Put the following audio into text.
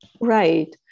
Right